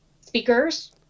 speakers